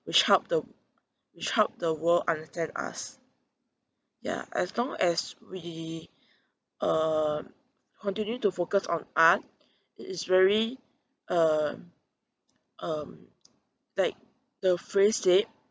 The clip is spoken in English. which help the which help the world understand us ya as long as we uh continue to focus on art it is very uh um like the phrase said